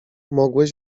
mogłeś